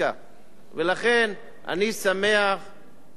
ולכן אני שמח בדבר אחד,